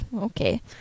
okay